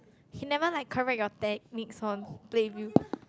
he never like correct your techniques on